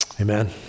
Amen